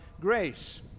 grace